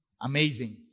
Amazing